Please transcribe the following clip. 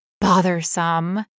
bothersome